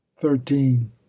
thirteen